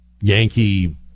Yankee